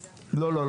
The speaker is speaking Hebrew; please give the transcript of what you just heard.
לא.